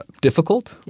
difficult